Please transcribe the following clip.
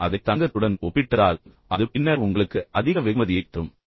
ஆனால் நான் அதை தங்கத்துடன் ஒப்பிட்டதால் அது பின்னர் உங்களுக்கு அதிக வெகுமதியைத் தரும்